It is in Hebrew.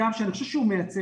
מדגם שאני חושב שהוא מייצג,